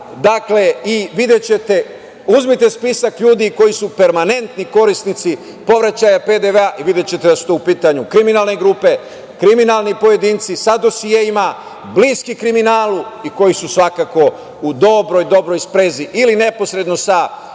sakuplja i videćete, uzmite spisak ljudi koji su permanentni korisnici povraćaja PDV-a i videćete da su to u pitanju kriminalne grupe, kriminalni pojedinci sa dosijeima, bliski kriminalu i koji su svakako u dobroj dobroj sprezi. Ili neposredno sa činovnicima,